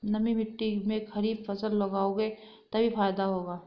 नमी मिट्टी में खरीफ फसल लगाओगे तभी फायदा होगा